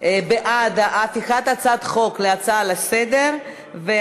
בעד הפיכת הצעת החוק להצעה לסדר-היום